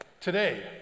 Today